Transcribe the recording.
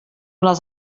les